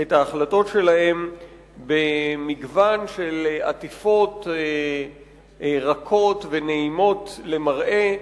את ההחלטות שלהן במגוון של עטיפות רכות ונעימות למראה,